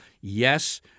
Yes